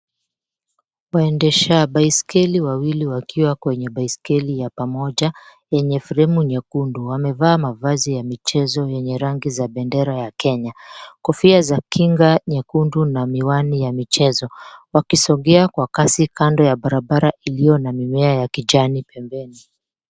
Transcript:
Waendesha baisikeli wawili wakiwa kwenye baisikeli ya pamoja yenye fremu nyekundu wamevaa mavazi ya mchezo yenye rangi za bendera ya Kenya, kofia za kinga nyekundu na miwani za michezo wakisongea kwa kasi kando ya barabara iliyo na mimea pembeni.